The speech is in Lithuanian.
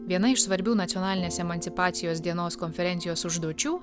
viena iš svarbių nacionalinės emancipacijos dienos konferencijos užduočių